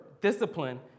discipline